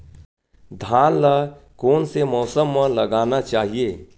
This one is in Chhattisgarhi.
धान ल कोन से मौसम म लगाना चहिए?